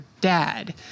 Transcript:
dad